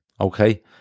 okay